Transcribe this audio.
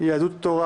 יהדות התורה